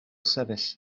sefyll